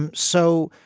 and so.